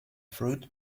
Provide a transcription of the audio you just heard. fruit